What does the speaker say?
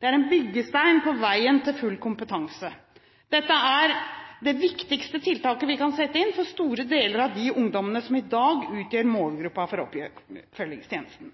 Det er en byggestein på veien til full kompetanse. Dette er det viktigste tiltaket vi kan sette inn for store deler av de ungdommene som i dag utgjør målgruppen i oppfølgingstjenesten.